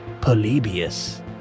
Polybius